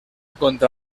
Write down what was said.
contra